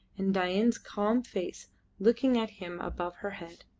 and dain's calm face looking at him above her head.